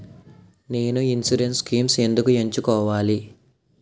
నేను insurance schemes ఎందుకు ఎంచుకోవాలి?